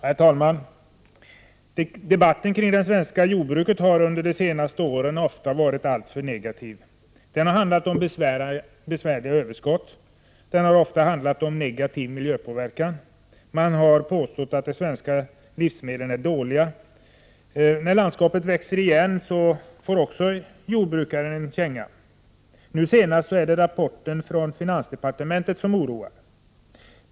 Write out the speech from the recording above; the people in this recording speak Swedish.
Herr talman! Debatten om det svenska jordbruket har under de senaste åren ofta varit alltför negativ. Den har handlat om besvärliga överskott, och den har ofta handlat om negativ miljöpåverkan. Man har påstått att de svenska livsmedlen är dåliga. När landskapet växer igen får jordbrukaren en känga. Nu senast är det rapporten från finansdepartementet som oroar.